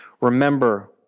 Remember